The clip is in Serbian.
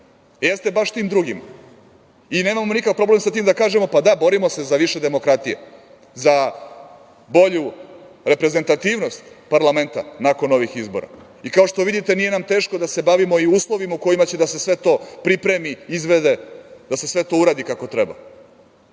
Jeste baš tim drugima i nemamo nikakav problem sa tim da kažemo – pa, da, borimo se za više demokratije, za bolju reprezentativnost parlamenta nakon ovih izbora. Kao što vidite, nije nam teško da se bavimo i uslovima u kojima će sve to da se pripremi, izvede, da se sve to uradi kako treba,